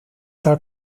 tal